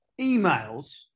emails